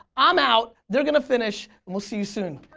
um out they're going to finish and we'll see you soon.